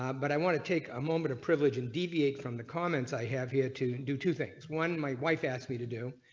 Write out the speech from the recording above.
um but i want to take a moment of privilege and deviate from. comments. i have here to do two things one my wife asked me to do.